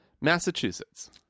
Massachusetts